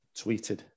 tweeted